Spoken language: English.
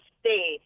stay